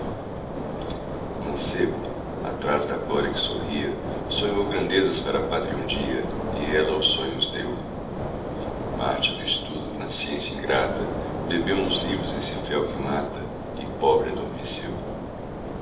mancebo atrás da glória que sorria sonhou grandezas para a pátria um dia e a ela os sonhos deu mártir do estudo na ciência ingrata bebeu nos livros esse fel que mata e pobre adormeceu